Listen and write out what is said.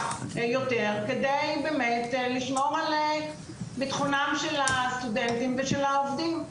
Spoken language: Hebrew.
יותר כדי באמת לשמור על ביטחונם של הסטודנטים ושל העובדים.